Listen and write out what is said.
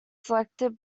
selected